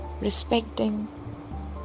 respecting